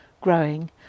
growing